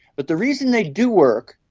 but the reason they do work,